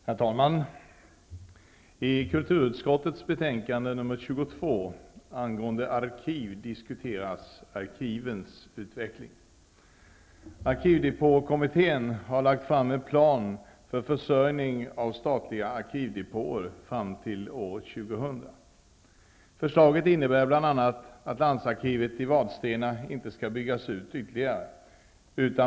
Herr talman! I kulturutskottets betänkande nr 22 Arkivdepåkommittén har lagt fram en plan för försörjningen med statliga arkivdepåer fram till år Vadstena inte skall byggas ut ytterligare.